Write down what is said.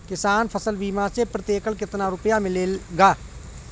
किसान फसल बीमा से प्रति एकड़ कितना रुपया मिलेगा?